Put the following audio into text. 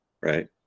right